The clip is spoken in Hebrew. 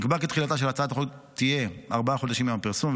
נקבע כי תחילתה של הצעת החוק תהיה ארבעה חודשים מיום הפרסום,